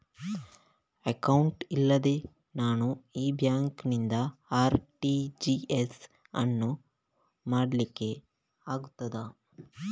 Account ಇಲ್ಲದೆ ನಾನು ಈ ಬ್ಯಾಂಕ್ ನಿಂದ ಆರ್.ಟಿ.ಜಿ.ಎಸ್ ಯನ್ನು ಮಾಡ್ಲಿಕೆ ಆಗುತ್ತದ?